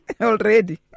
already